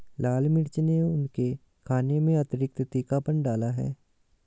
लाल मिर्च ने उनके खाने में अतिरिक्त तीखापन डाला है